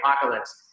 Apocalypse